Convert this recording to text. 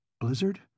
Blizzard